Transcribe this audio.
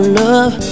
love